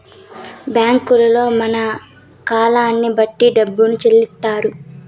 బ్యాంకుల్లో మన కాలాన్ని బట్టి డబ్బును చెల్లిత్తారు